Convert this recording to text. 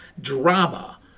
drama